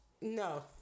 No